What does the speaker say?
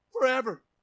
forever